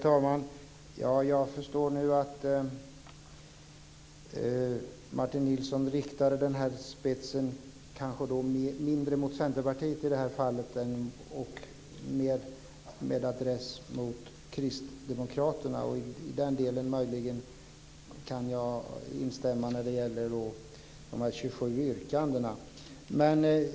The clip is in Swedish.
Herr talman! Jag förstår nu att Martin Nilsson i det här fallet mindre riktar spetsen mot Centern än mot Kristdemokraterna. Jag kan i den delen möjligen instämma när det gäller de 27 yrkandena.